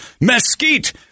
mesquite